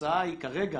התוצאה היא כרגע